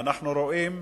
ואנחנו רואים